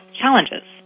challenges